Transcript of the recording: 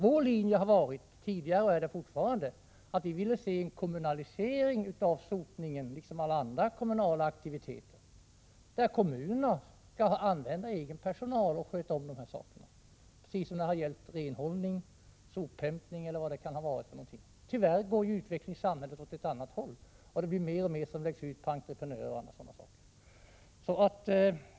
Vår linje har tidigare varit och är fortfarande att vi vill se en kommunalisering av sotningen liksom andra kommunala aktiviteter, där kommunerna skall använda egen personal och sköta de här sakerna, precis som när det gällt renhållning, sophämtning osv. Tyvärr går utvecklingen i samhället åt ett annat håll, och mer och mer läggs ut på entreprenörer.